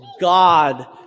God